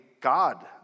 God